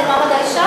הוועדה למעמד האישה?